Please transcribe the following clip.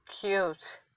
cute